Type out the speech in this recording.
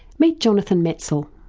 meet jonathan metzl.